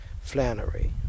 Flannery